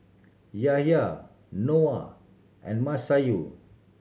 Yahya Noah and Masayu